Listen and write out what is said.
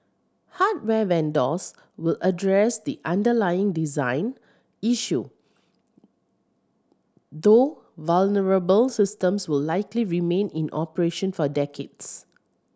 hardware vendors will address the underlying design issue though vulnerable systems will likely remain in operation for decades